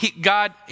God